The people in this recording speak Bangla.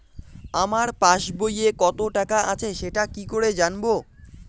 আমার পাসবইয়ে কত টাকা আছে সেটা কি করে জানবো?